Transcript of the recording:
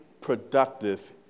productive